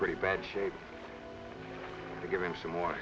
pretty bad shape to give him some more